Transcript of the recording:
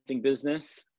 business